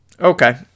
okay